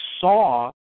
saw